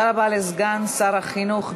אנחנו צריכים רק הצבעה אחת לנצח.